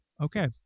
Okay